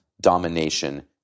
domination